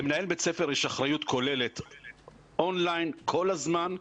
למנהל בית ספר יש אחריות כוללת, אונליין, כל הזמן,